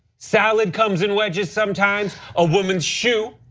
salad comes in wedges sometimes. a woman's shoe,